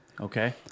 Okay